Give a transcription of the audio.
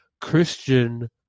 Christian